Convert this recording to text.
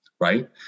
right